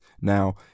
Now